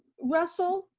russell,